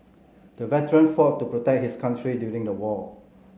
the veteran fought to protect his country during the war